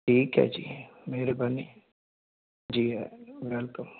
ਠੀਕ ਹੈ ਜੀ ਮਿਹਰਬਾਨੀ ਜੀ ਆਇਆਂ ਨੂੰ ਵੈਲਕਮ